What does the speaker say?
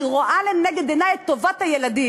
אני רואה לנגד עיני את טובת הילדים.